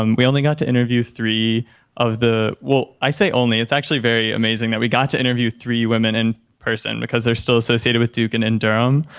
um we only got to interview three of the, well i say only, it's actually very amazing that we got to interview three women in person because they're still associated with duke and in durham.